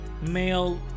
male